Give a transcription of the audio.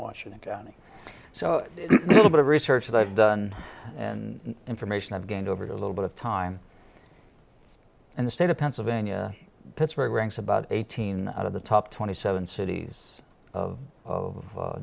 washington county so little bit of research that i've done and information i've gained over a little bit of time in the state of pennsylvania pittsburgh ranks about eighteen out of the top twenty seven cities of